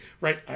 right